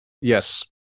Yes